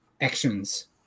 actions